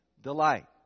delight